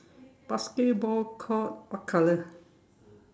basketball court what color